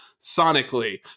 sonically